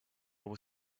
were